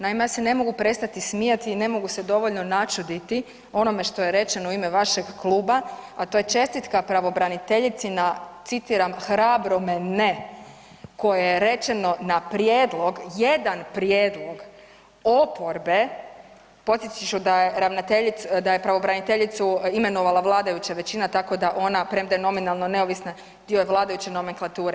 Naime, ja se ne mogu prestati smijati i ne mogu se dovoljno načuditi onome što je rečeno u ime vašeg kluba, a to je čestitka pravobraniteljici na citiram hrabrome ne, koje je rečeno na prijedlog, jedan prijedlog oporbe, podsjetit ću da je ravnateljicu, da je pravobraniteljicu imenovala vladajuća većina tako da ona premda je nominalno neovisna dio je vladajuće nomenklature.